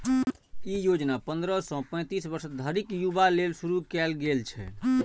ई योजना पंद्रह सं पैतीस वर्ष धरिक युवा लेल शुरू कैल गेल छै